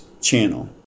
channel